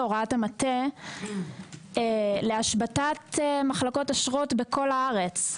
בהוראת המטה להשבתת מחלקות אשרות בכל הארץ.